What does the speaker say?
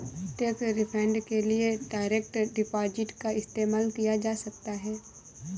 tax refund के लिए direct deposit का इस्तेमाल किया जा सकता हैं